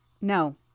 No